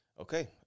Okay